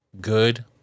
good